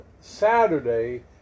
Saturday